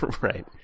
right